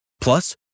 Plus